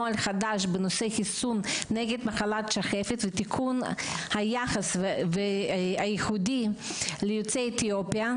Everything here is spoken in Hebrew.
נוהל חדש לגבי חיסון נגד מחלת השחפת ותיקון היחס הייחודי ליוצאי אתיופיה,